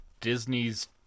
Disney's